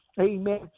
Amen